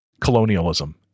colonialism